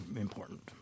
important